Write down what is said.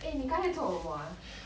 eh 你刚才做什么啊